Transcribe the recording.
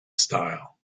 style